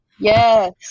Yes